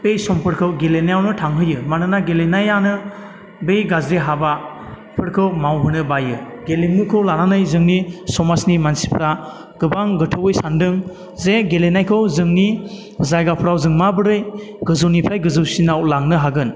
बे समफोरखौ गेलेनायावनो थांहोयो मानोना गेलेनायानो बे गाज्रि हाबाफोरखौ मावहोनो बायो गेलेमुखौ लानानै जोंनि समाजनि मानसिफ्रा गोबां गोथौवै सानदों जे गेलेनायखौ जोंनि जायगाफोराव जों माबोरै गोजौनिफ्राय गोजौसिनाव लांनो हागोन